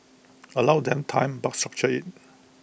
allow them time but structure IT